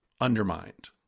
undermined